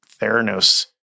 Theranos